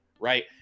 right